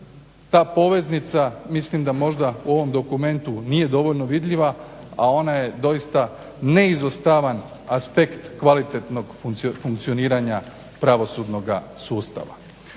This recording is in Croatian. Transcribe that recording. Ta poveznica mislim da možda u ovom dokumentu nije dovoljno vidljiva, a ona je doista neizostavan aspekt kvalitetnog funkcioniranja pravosudnoga sustava.